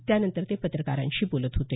त्यानंतर ते पत्रकारांशी बोलत होते